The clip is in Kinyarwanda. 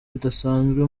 bidasanzwe